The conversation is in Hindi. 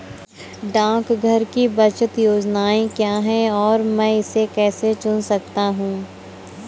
डाकघर की बचत योजनाएँ क्या हैं और मैं इसे कैसे चुन सकता हूँ?